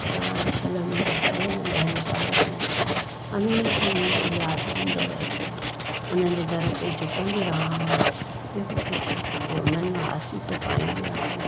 भॻवान शल हुनजो कॾहिं न दर विसारिजे हमेशह उन्हनि जे यादि ॾींदो रहिजे हुनजे दर ते झुकंदी रहां मां ॿियों मूंखे छा खपे उन्हनि मां आसीस पाईंदी रहा मां